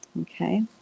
okay